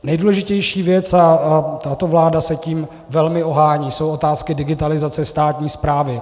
Nejdůležitější věc, a tato vláda se tím velmi ohání, jsou otázky digitalizace státní správy.